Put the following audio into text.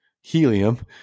helium